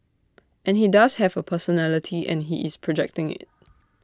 and he does have A personality and he is projecting IT